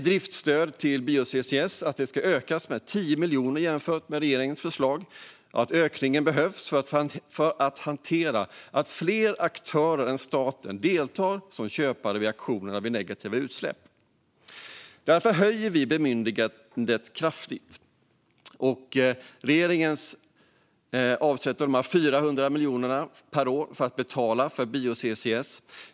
Driftsstöd till bio-CCS ökas med 10 miljoner jämfört med regeringens förslag. Ökningen behövs för att hantera att fler aktörer än staten deltar som köpare vid auktionerna vid negativa utsläpp. Därför höjer vi bemyndigandet kraftigt. Regeringen avsätter 400 miljoner per år för att betala för bio-CCS.